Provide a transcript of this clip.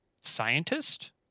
scientist